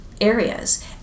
areas